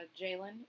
Jalen